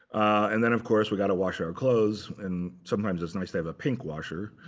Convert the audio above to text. and then of course, we've got to wash our clothes. and sometimes, it's nice to have a pink washer.